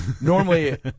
Normally